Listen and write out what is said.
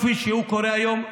כפי שקורה היום,